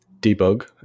debug